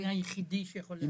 אני היחידי שיכול להצביע.